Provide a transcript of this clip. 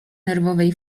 nerwowej